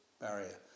barrier